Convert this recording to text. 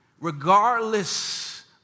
regardless